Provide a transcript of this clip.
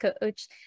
coach